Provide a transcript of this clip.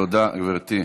תודה, גברתי.